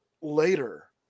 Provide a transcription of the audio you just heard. later